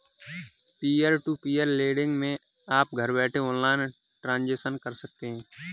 peer to peer lending मै आप घर बैठे ऑनलाइन ट्रांजेक्शन कर सकते है